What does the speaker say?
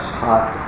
hot